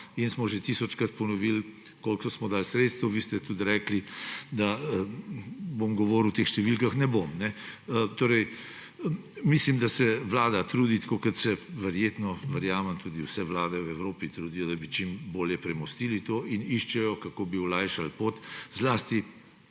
In smo že tisočkrat ponovili, koliko smo dali sredstev. Vi ste tudi rekli, da bom govoril o teh številkah. Ne bom. Mislim, da se vlada trudi, tako kot se verjetno, verjamem, tudi vse vlade v Evropi trudijo, da bi čim bolje premostili to, in iščejo, kako bi olajšali pot. Zlasti